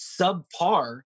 subpar